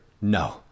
No